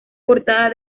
portada